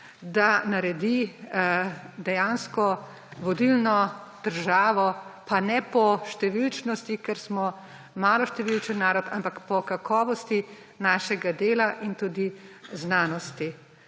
da naredi dejansko vodilno državo, pa ne po številnosti, ker smo maloštevilen narod, ampak po kakovosti našega dela in tudi znanosti.